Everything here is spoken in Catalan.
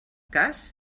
cas